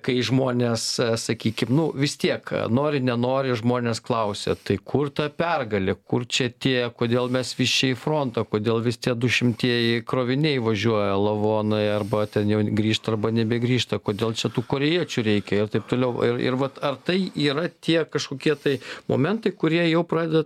kai žmonės sakykim nu vis tiek nori nenori žmonės klausia tai kur ta pergalė kur čia tie kodėl mes vis čia į frontą kodėl vis tie dušimtieji kroviniai važiuoja lavonai arba ten jau grįžta arba nebegrįžta kodėl čia tų korėjiečių reikia ir taip toliau ir ir vat ar tai yra tie kažkokie tai momentai kurie jau pradeda